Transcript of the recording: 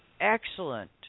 excellent